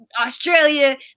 australia